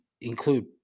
include